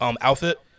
outfit